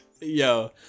Yo